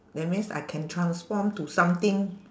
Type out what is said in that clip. that means I can transform to something